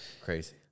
Crazy